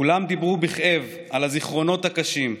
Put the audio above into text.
כולם דיברו בכאב על הזיכרונות הקשים,